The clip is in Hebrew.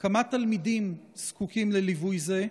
4. כמה תלמידים זקוקים לליווי זה?